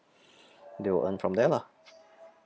they will earn from there lah